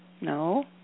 No